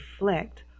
reflect